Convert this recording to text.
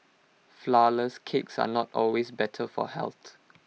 Flourless Cakes are not always better for health